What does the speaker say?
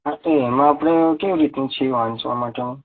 તો એમાં આપણે કેવી રીતનું છે વાંચવાનું